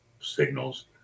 signals